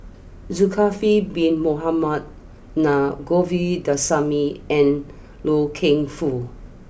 Zulkifli Bin Mohamed Na Govindasamy and Loy Keng Foo